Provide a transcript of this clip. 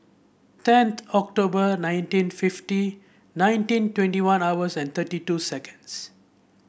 tenth October nineteen fifty nineteen twenty one hours and thirty two seconds